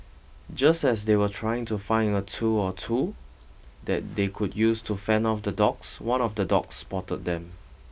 just as they were trying to find a tool or two that they could use to fend off the dogs one of the dogs spotted them